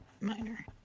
minor